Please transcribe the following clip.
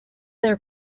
their